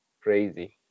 Crazy